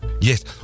Yes